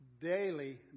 daily